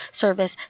service